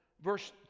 verse